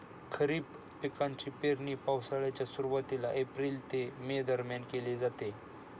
खरीप पिकांची पेरणी पावसाळ्याच्या सुरुवातीला एप्रिल ते मे दरम्यान केली जाते